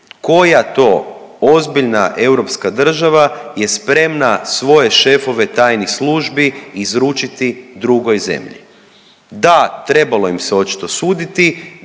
koja to ozbiljna europska država je spremna svoje šefove tajnih službi izručiti drugoj zemlji? Da, trebalo im se očito suditi,